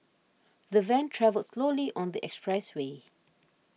the van travelled slowly on the expressway